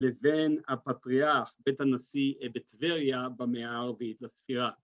‫לבין הפטריאך, בית הנושא בטבריה, ‫במאה הערבית לספירה.